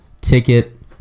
ticket